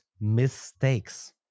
mistakes